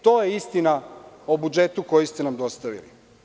To je istina o budžetu koji ste nam dostavili.